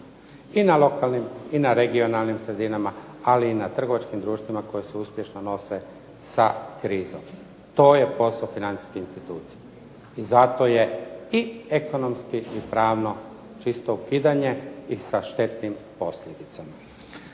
i na lokalnim i na regionalnim sredinama, ali i na trgovačkim društvima koja se uspješno nose sa krizom. To je posao financijske institucije. I zato je i ekonomski i pravno čisto ukidanje i sa štetnim posljedicama.